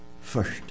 first